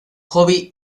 hobby